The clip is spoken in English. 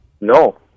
No